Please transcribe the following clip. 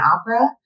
opera